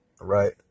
right